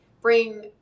bring